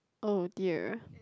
oh dear